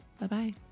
Bye-bye